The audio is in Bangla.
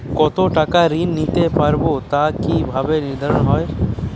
কতো টাকা ঋণ নিতে পারবো তা কি ভাবে নির্ধারণ হয়?